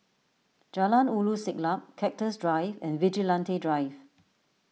Jalan Ulu Siglap Cactus Drive and Vigilante Drive